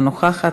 אינה נוכחת,